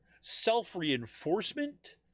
self-reinforcement